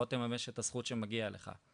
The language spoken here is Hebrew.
בוא תממש את הזכות שמגיעה לך".